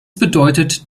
bedeutet